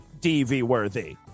DV-worthy